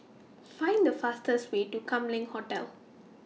Find The fastest Way to Kam Leng Hotel